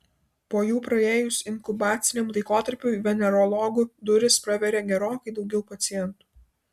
po jų praėjus inkubaciniam laikotarpiui venerologų duris praveria gerokai daugiau pacientų